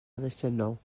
elusennol